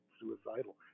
suicidal